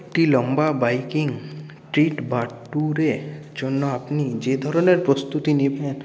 একটি লম্বা biking trip বা ট্যুরের জন্য আপনি যে ধরনের প্রস্তুতি নেবেন